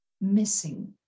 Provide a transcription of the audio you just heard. missing